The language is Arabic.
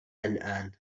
الآن